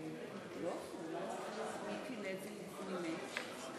חברי חברי הכנסת וחברות הכנסת,